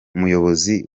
umuyobozi